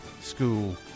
School